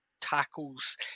tackles